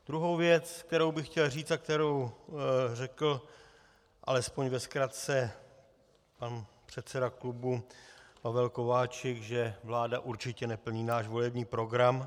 Druhou věc, kterou bych chtěl říct a kterou řekl alespoň ve zkratce pan předseda klubu Pavel Kováčik, že vláda určitě neplní náš volební program.